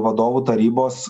vadovų tarybos